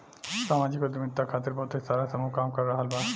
सामाजिक उद्यमिता खातिर बहुते सारा समूह काम कर रहल बा